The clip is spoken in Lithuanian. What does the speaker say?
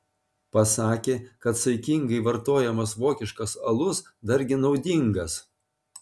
pasakė kad saikingai vartojamas vokiškas alus dargi naudingas